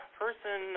person